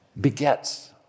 begets